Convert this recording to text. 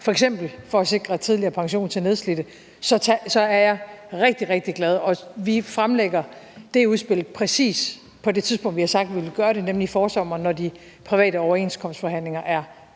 for at sikre tidligere pension til nedslidte, så er jeg rigtig, rigtig glad. Vi fremlægger det udspil præcis på det tidspunkt, vi har sagt, vi vil gøre det, nemlig i forsommeren, når de private overenskomstforhandlinger er